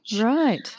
Right